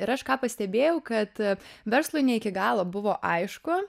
ir aš ką pastebėjau kad verslui ne iki galo buvo aišku